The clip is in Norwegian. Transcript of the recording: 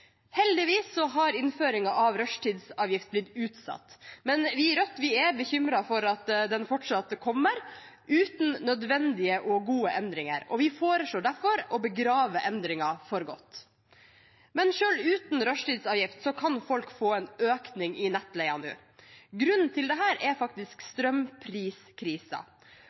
Heldigvis har innføringen av rushtidsavgift blitt utsatt, men vi i Rødt er bekymret for at den fortsatt kommer, uten nødvendige og gode endringer. Vi foreslår derfor å begrave endringen for godt. Men selv uten rushtidsavgift kan folk få en økning i nettleien nå. Grunnen til det er faktisk